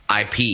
IP